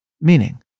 Meaning